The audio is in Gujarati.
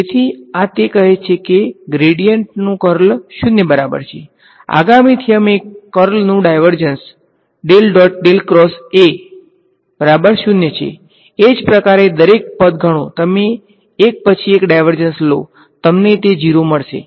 તેથી આ તે કહે છે કે ગ્રેડીયંટ્નુકર્લ 0 બરાબર છે આગામી થીયરમ એ કર્લનું ડાયવર્જ્ન્સ છે એક જ પ્રકારે દરેક પદ ગણો તમે એક પછી એક ડાયવર્જ્ન્સ લો તમને તે 0 મળશે